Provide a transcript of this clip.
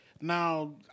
Now